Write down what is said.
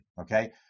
Okay